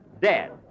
Dead